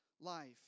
life